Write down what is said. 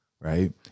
right